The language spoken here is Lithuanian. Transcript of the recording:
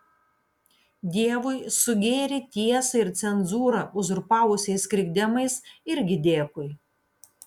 dievui su gėrį tiesą ir cenzūrą uzurpavusiais krikdemais irgi dėkui